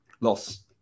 loss